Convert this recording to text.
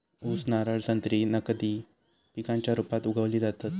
ऊस, नारळ, संत्री नगदी पिकांच्या रुपात उगवली जातत